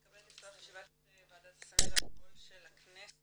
אני מתכבדת לפתוח את ישיבת ועדת הסמים והאלכוהול של הכנסת.